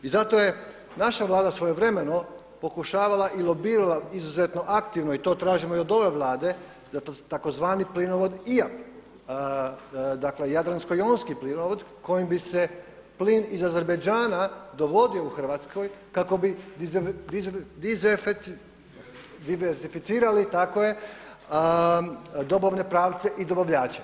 I zato je naša Vlada svojevremeno pokušavala i lobirala izuzetno aktivno i to tražimo i od ove Vlade tzv. plinovod … dakle jadransko-jonski plinovod kojim bi se plin iz Azerbajdžana dovodi u Hrvatsku kako bi diverzificirali tako je, dobavne pravce i dobavljače.